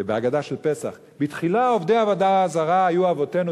בהגדה של פסח: "בתחילה עובדי עבודה זרה היו אבותינו,